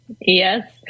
Yes